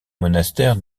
monastère